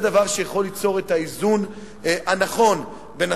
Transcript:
זה דבר שיכול ליצור את האיזון הנכון בין